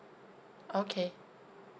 okay